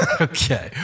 Okay